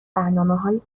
برنامههای